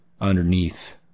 underneath